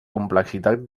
complexitat